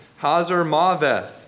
Hazarmaveth